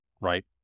right